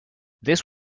this